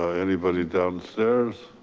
ah anybody downstairs?